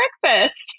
breakfast